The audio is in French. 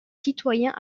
citoyen